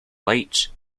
lights